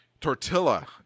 Tortilla